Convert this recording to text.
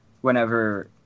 whenever